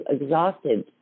exhausted